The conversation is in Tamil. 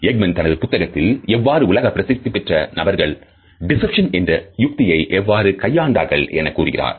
Ekman தனது புத்தகத்தில் எவ்வாறு உலக பிரசித்தி பெற்ற நபர்கள் டிசப்ஷன் என்ற யுக்தியை எவ்வாறு கையாண்டார்கள் எனக் கூறுகிறார்